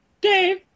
Dave